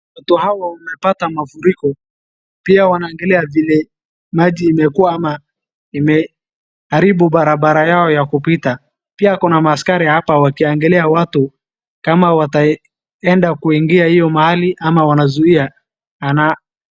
Watu hawa wamepata mafuriko, pia wanaangalia vile maji imekwama, imeharibu barabara yao ya kupita, pia kuna maaskari hapa wakiangalia watu kama wataenda kuingia hiyo mahali ama wanazuia.